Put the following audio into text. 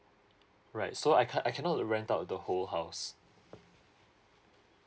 right so I can't I cannot rent out the whole house